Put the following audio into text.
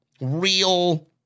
real